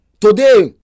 today